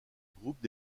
groupe